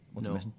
No